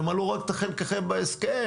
תמלאו רק את חלקכם בהסכם.